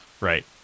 Right